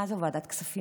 מה זה ועדת כספים.